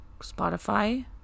Spotify